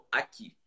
aqui